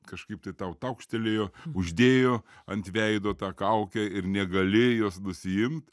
kažkaip tai tau taukštelėjo uždėjo ant veido tą kaukę ir negali jos nusiimt